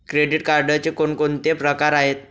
Credit कार्डचे कोणकोणते प्रकार आहेत?